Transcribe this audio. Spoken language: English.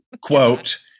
quote